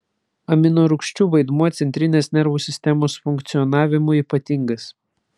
aminorūgščių vaidmuo centrinės nervų sistemos funkcionavimui ypatingas